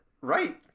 right